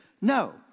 No